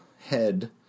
head